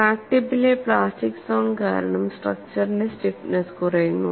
crack ടിപ്പിലെ plastic zone കാരണം സ്ട്രക്ച്ചറിന്റെ സ്റ്റിഫ്നെസ്സ് കുറയുന്നു